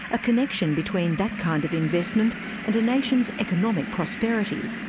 a connection between that kind of investment and a nation's economic prosperity?